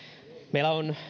meillä on